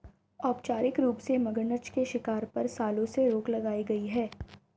औपचारिक रूप से, मगरनछ के शिकार पर, सालों से रोक लगाई गई है